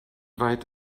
weit